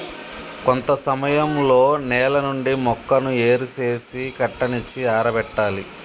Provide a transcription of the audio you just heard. కొంత సమయంలో నేల నుండి మొక్కను ఏరు సేసి కట్టనిచ్చి ఆరబెట్టాలి